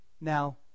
Now